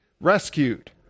rescued